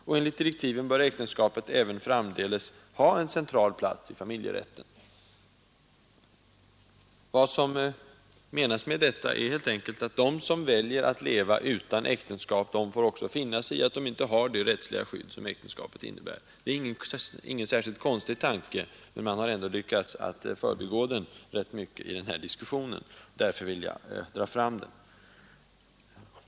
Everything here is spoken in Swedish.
Och enligt direktiven bör äktenskapet även i framtiden ha en central plats i familjerätten. Vad som menas med detta är helt enkelt, att de som väljer att leva utan äktenskap får också finna sig i att de inte har det rättsliga skydd som äktenskapet innebär. Det är ingen särskilt konstig tanke, men man har ändå lyckats förbigå den rätt mycket i den här diskussionen. Därför ville jag dra fram den.